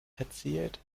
erzielt